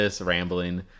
rambling